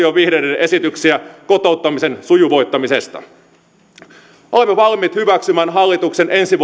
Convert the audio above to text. jo vihreiden esityksiä kotouttamisen sujuvoittamisesta olemme valmiit hyväksymään hallituksen ensi